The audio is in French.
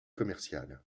commercial